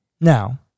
now